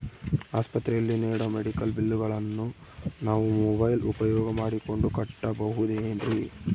ಆಸ್ಪತ್ರೆಯಲ್ಲಿ ನೇಡೋ ಮೆಡಿಕಲ್ ಬಿಲ್ಲುಗಳನ್ನು ನಾವು ಮೋಬ್ಯೆಲ್ ಉಪಯೋಗ ಮಾಡಿಕೊಂಡು ಕಟ್ಟಬಹುದೇನ್ರಿ?